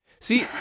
See